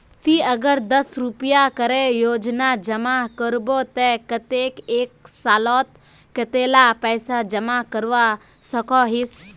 ती अगर दस रुपया करे रोजाना जमा करबो ते कतेक एक सालोत कतेला पैसा जमा करवा सकोहिस?